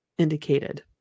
indicated